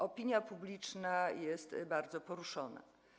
Opinia publiczna jest bardzo poruszona.